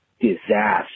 disaster